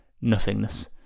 nothingness